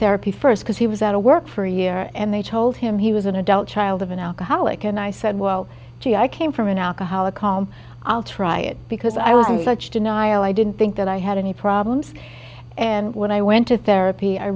therapy first because he was out of work for a year and they told him he was an adult child of an alcoholic and i i said well gee i came from an alcoholic home i'll try it because i was in such denial i didn't think that i had any problems and when i went to therapy i